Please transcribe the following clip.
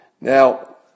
Now